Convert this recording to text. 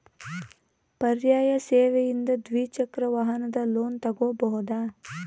ಪರ್ಯಾಯ ಸೇವೆಯಿಂದ ದ್ವಿಚಕ್ರ ವಾಹನದ ಲೋನ್ ತಗೋಬಹುದಾ?